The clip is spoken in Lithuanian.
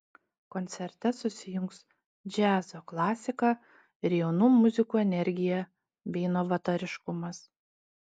koncerte susijungs džiazo klasika ir jaunų muzikų energija bei novatoriškumas